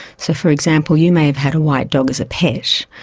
so, for example, you may have had a white dog as a pet,